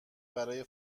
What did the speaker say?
برای